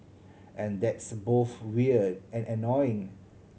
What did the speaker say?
and that's both weird and annoying